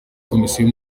komisiyo